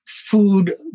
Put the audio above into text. food